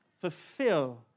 fulfill